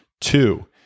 Two